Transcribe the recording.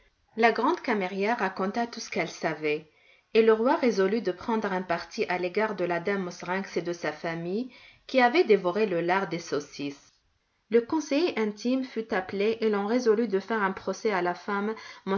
la grande camérière raconta tout ce qu'elle savait et le roi résolut de prendre un parti à l'égard de la dame mauserinks et de sa famille qui avaient dévoré le lard des saucisses le conseiller intime fut appelé et l'on résolut de faire un procès à la femme